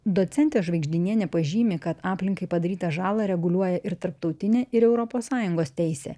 docentė žvaigždinienė pažymi kad aplinkai padarytą žalą reguliuoja ir tarptautinė ir europos sąjungos teisė